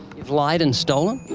you've lied and stolen?